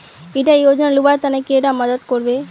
इला योजनार लुबार तने कैडा मदद करबे?